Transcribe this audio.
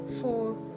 four